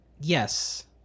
yes